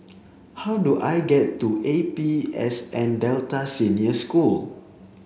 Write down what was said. how do I get to A P S N Delta Senior School